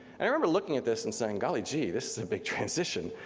and i remember looking at this and saying, golly gee, this is a big transition.